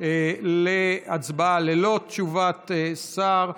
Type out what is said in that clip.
להצבעה ללא תשובת שר.